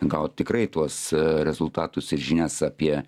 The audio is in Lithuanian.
gaut tikrai tuos rezultatus ir žinias apie